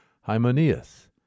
Hymenaeus